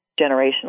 generational